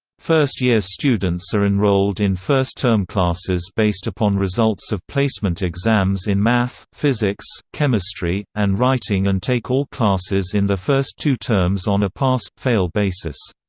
first-year students are enrolled in first-term classes based upon results of placement exams in math, physics, chemistry, and writing and take all classes in their first two terms on a pass fail basis.